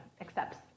accepts